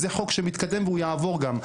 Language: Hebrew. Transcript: זה חוק שמתקדם והוא יעבור גם.